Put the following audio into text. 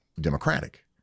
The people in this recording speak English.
Democratic